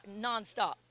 nonstop